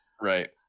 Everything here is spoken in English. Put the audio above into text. right